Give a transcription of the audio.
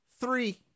three